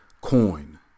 coin